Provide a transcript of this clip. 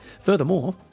Furthermore